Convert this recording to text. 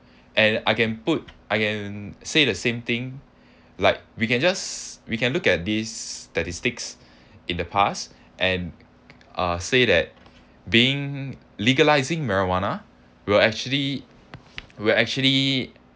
and I can put I can say the same thing like we can just we can look at these statistics in the past and uh say that being legalising marijuana will actually we're actually